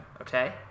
okay